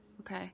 Okay